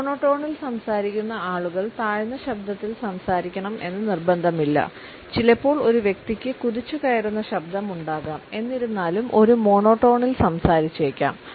മോണോടോണിൽ സംസാരിക്കുന്ന ആളുകൾ താഴ്ന്ന ശബ്ദത്തിൽ സംസാരിക്കണം എന്ന് നിർബന്ധമില്ല ചിലപ്പോൾ ഒരു വ്യക്തിക്ക് കുതിച്ചുകയറുന്ന ശബ്ദമുണ്ടാകാം എന്നിരുന്നാലും ഒരു മോണോടോണിൽ സംസാരിച്ചേക്കാം